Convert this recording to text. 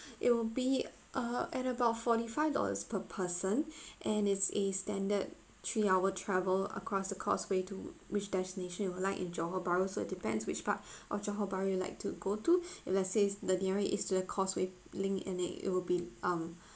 it'll be uh at about forty five dollars per person and it's a standard three hour travel across the causeway to which destination you would like in johor bahru so it depends which part of johor bahru you'd like to go to if let's say the nearer it is to the causeway link and it it will be um